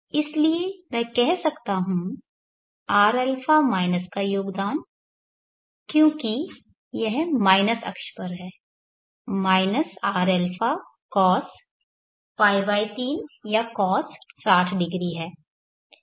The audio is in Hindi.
इसलिए मैं कह सकता हूं rα माइनस का योगदान क्योंकि यह माइनस अक्ष पर है rα cosπ3 या cos है